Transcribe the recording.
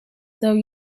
though